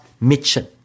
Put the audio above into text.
mission